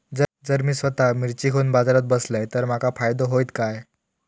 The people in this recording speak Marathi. जर मी स्वतः मिर्ची घेवून बाजारात बसलय तर माका फायदो होयत काय?